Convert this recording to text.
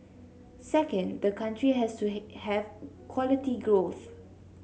second the country has to have quality growth